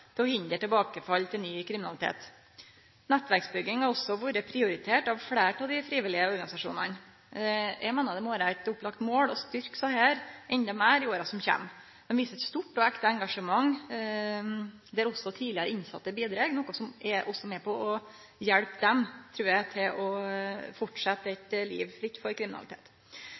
å hindre tilbakefall til ny kriminalitet. Nettverksbygging har òg vore prioritert av fleire av dei frivillige organisasjonane. Eg meiner det må vere eit opplagt mål å styrkje dette endå meir i åra som kjem. Dei viser eit stort og ekte engasjement. Også tidlegare innsette bidreg, noko som er med på å hjelpe dei, trur eg, til å fortsetje eit liv fritt for kriminalitet.